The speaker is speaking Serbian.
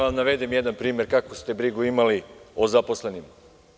vam jedan primer kakvu ste brigu imali o zaposlenima.